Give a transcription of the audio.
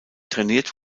trainiert